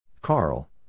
Carl